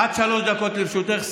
עד שלוש דקות לרשותך.